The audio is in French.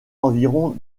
environ